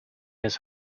his